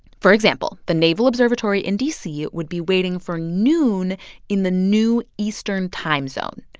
for example, the naval observatory in d c. would be waiting for noon in the new eastern time zone.